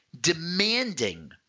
demanding